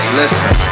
listen